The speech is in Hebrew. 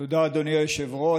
תודה, אדוני היושב-ראש.